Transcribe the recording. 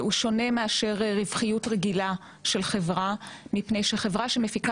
הוא שונה מאשר רווחיות רגילה של חברה מפני שחברה שמפיקה